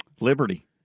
Liberty